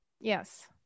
Yes